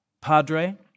Padre